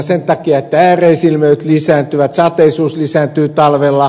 sen takia että ääreisilmiöt lisääntyvät sateisuus lisääntyy talvella